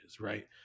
right